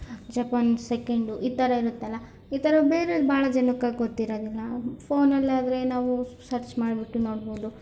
Japan second ಈ ಥರ ಇರುತ್ತಲ್ಲ ಈ ಥರ ಬೇರೆದೇ ಬಹಳ ಜನಕ್ಕಾಗಿ ಗೊತ್ತಿರೋದಿಲ್ಲ ಫೋನಲ್ಲಾದರೆ ನಾವು ಸರ್ಚ್ ಮಾಡಿಬಿಟ್ಟು ನೋಡ್ಬೋದು